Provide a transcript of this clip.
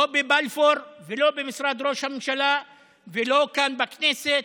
לא בבלפור ולא במשרד ראש הממשלה ולא כאן בכנסת,